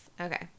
Okay